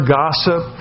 gossip